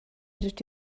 rydw